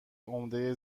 عمده